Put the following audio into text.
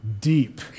deep